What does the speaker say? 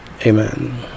amen